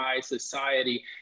society